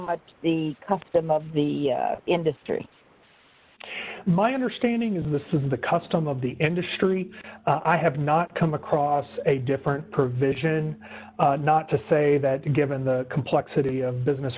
much the cuff them of the industry my understanding is this is the custom of the industry i have not come across a different provision not to say that given the complexity of business